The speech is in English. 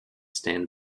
stand